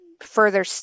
further